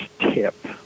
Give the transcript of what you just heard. tip